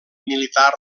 militar